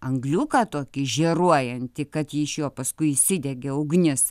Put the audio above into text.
angliuką tokį žėruojantį kad iš jo paskui įsidegė ugnis